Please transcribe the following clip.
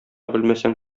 белмәсәң